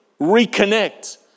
reconnect